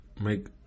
make